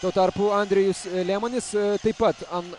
tuo tarpu andrejus liemonis taip pat ant